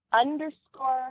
underscore